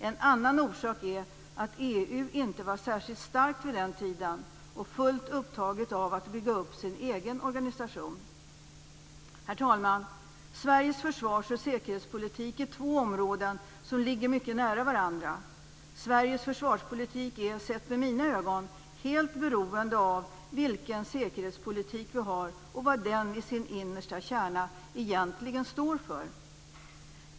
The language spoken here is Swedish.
En annan orsak är att EU inte var särskilt starkt vid den tiden och fullt upptaget av att bygga upp sin egen organisation. Fru talman! Sveriges försvars och säkerhetspolitik är två områden som ligger mycket nära varandra. Sveriges försvarspolitik är, sett med mina ögon, helt beroende av vilken säkerhetspolitik vi har och vad den i sin innersta kärna egentligen står för.